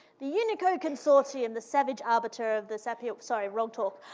the unicode consortium the savage arbiter of the sapio sorry, wrong talk.